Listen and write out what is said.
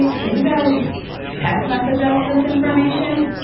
can you guys text message us this information,